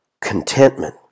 contentment